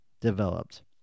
developed